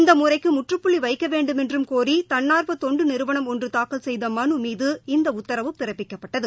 இந்தமுறைக்குமுற்றுப்புள்ளிவைக்கவேண்டுமென்றும் கோரிதன்னார்வதொண்டுநிறுவனம் ஒன்றுதாக்கல் செய்தமனுமீது இந்தஉத்தரவு பிறப்பிக்கப்பட்டது